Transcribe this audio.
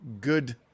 good